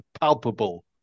palpable